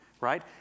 right